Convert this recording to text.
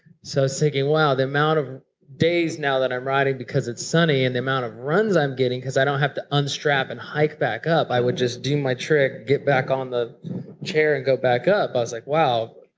so thinking, wow, the amount of days now that i'm riding because it's sunny and the amount of runs i'm getting because i don't have to unstrap and hike back up. i would just do my trick get back on the chair and go back up. i was like, wow,